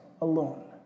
alone